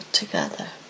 together